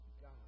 God